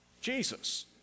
Jesus